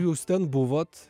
jūs ten buvot